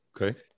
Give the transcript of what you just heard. okay